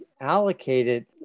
allocated